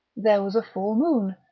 there was a full moon,